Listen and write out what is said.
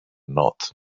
not